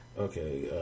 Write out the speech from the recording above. okay